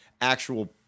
actual